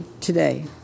today